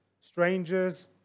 strangers